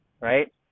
right